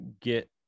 get